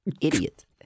Idiot